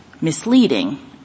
misleading